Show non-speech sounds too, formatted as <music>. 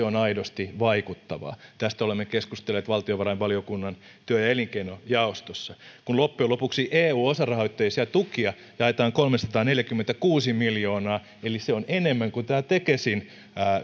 <unintelligible> on aidosti vaikuttavaa tästä olemme keskustelleet valtiovarainvaliokunnan työ ja elinkeinojaostossa loppujen lopuksi eu osarahoitteisia tukia jaetaan kolmesataaneljäkymmentäkuusi miljoonaa eli se on enemmän kuin tämä tekesin